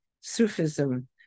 Sufism